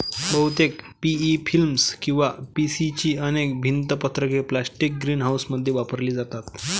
बहुतेक PE film किंवा PC ची अनेक भिंत पत्रके प्लास्टिक ग्रीनहाऊसमध्ये वापरली जातात